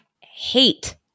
hate